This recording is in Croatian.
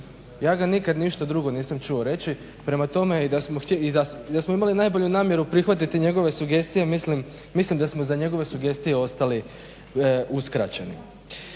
Ja ga nikad ništa drugo nisam čuo reći, prema tome i da smo imali najbolju namjeru prihvatiti njegove sugestije mislim da smo za njegove sugestije ostali uskraćeni.